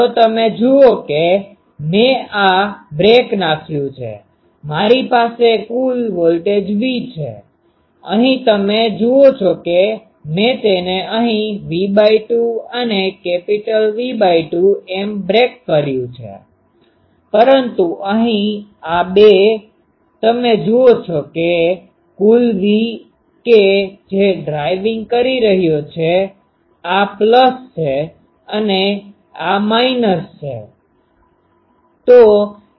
તો તમે જુઓ કે મેં આ બ્રેક નાખ્યું છે મારી પાસે કુલ વોલ્ટેજ V છે અહીં તમે જુઓ છો કે મેં તેને અહીં V2 અને V2 એમ બ્રેક કર્યું છે પરંતુ અહીં આ બે તમે જુઓ છો કુલ V કે જે ડ્રાઇવિંગ કરી રહયો છેઆ પ્લસplusધન છે આ માઈનસminusઋણ છે